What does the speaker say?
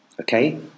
Okay